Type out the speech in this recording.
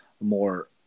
more